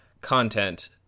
content